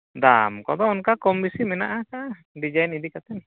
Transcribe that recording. ᱫᱟᱢ ᱠᱚᱫᱚ ᱚᱱᱠᱟ ᱠᱚᱢ ᱵᱮᱥᱤ ᱢᱮᱱᱟᱜ ᱠᱟᱜᱼᱟ ᱰᱤᱡᱟᱭᱤᱱ ᱤᱫᱤ ᱠᱟᱛᱮᱫ